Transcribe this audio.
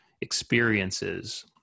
experiences